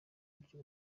buryo